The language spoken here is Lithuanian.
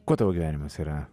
kuo tavo gyvenimas yra